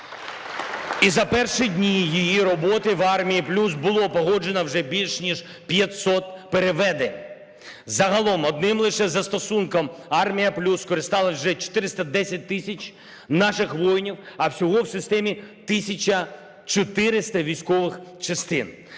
І за перші дні її роботи в "Армії+" було погоджено вже більше ніж 500 переведень. Загалом одним лише застосунком "Армія+" скористалось уже 410 тисяч наших воїнів, а всього в системі 1 тисяча 400 військових частин.